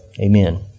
Amen